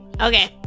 Okay